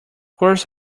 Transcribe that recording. course